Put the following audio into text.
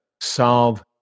solve